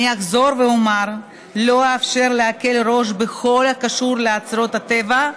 אני אחזור ואומר: לא אאפשר להקל ראש בכל הקשור לאוצרות הטבע,